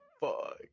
Fuck